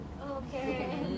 okay